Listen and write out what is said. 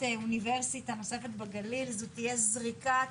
אוניברסיטה נוספת בגליל זאת תהיה זריקה